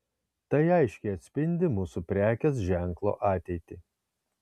tai aiškiai atspindi mūsų prekės ženklo ateitį